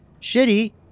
shitty